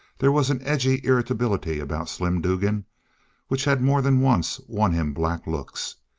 there was an edgy irritability about slim dugan which had more than once won him black looks.